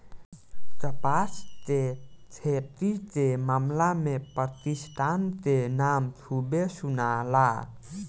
कपास के खेती के मामला में पाकिस्तान के नाम खूबे सुनाला